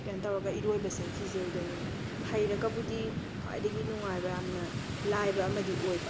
ꯀꯦꯅꯣ ꯇꯧꯔꯒ ꯏꯔꯣꯏꯕꯁꯦ ꯁꯤꯁꯦ ꯑꯣꯏꯗꯣꯏꯅꯦ ꯍꯩꯔꯒꯕꯨꯗꯤ ꯈ꯭ꯋꯥꯏꯗꯒꯤ ꯅꯨꯡꯉꯥꯏꯕ ꯌꯥꯝꯅ ꯂꯥꯏꯕ ꯑꯃꯗꯤ ꯑꯣꯏꯕ